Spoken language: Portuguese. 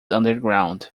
underground